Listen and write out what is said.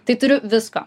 tai turiu visko